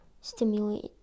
stimulate